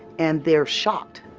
and they're shocked.